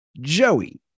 Joey